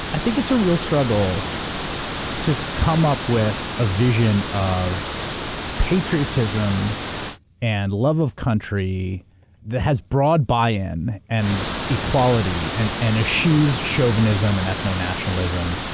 i think it's a real struggle to come up with a vision of patriotism and love of country that has broad buy in and equality and and assues chauvinism and ethno nationalism,